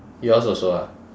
yours also ah